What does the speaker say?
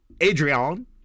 Adrian